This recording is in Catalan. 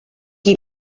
qui